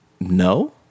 No